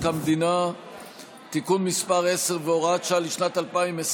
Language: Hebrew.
המדינה (תיקון מס' 10 והוראת שעה לשנת 2020)